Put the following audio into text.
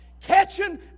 Catching